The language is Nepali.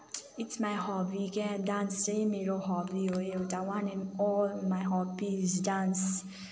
इट्स माइ हबी क्या डान्स चाहिँ मेरो हबी हो एउटा one and all my hobby is dance